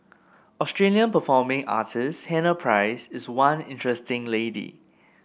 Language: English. Australian performing artist Hannah Price is one interesting lady